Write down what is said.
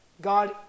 God